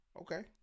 okay